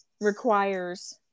requires